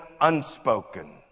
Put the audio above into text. unspoken